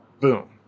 boom